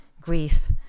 grief